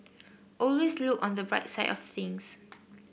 always look on the bright side of things